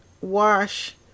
wash